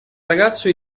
ragazzo